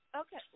Okay